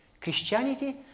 Christianity